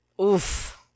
Oof